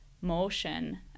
motion